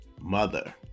mother